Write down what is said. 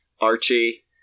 Archie